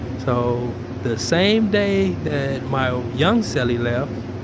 so, the same day that my young cellie left,